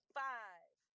five